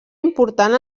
important